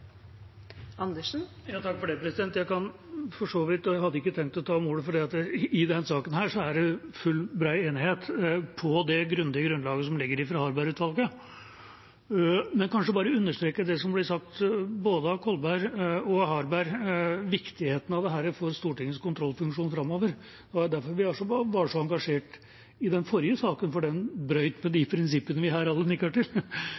Jeg hadde ikke tenkt å ta ordet, for i denne saken er det full, bred enighet på det grundige grunnlaget som ligger fra Harberg-utvalget, men jeg vil kanskje bare understreke det som ble sagt, både av Kolberg og av Harberg, om viktigheten av dette for Stortingets kontrollfunksjon framover. Det var jo derfor vi var så engasjert i den forrige saken, for den brøt med